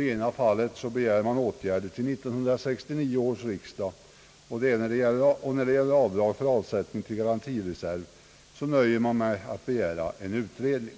I ena fallet begär man åtgärder till 1969 års riksdag, och när det gäller avdrag för avsättning till garantireserv nöjer man sig med att begära en utredning.